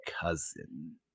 cousin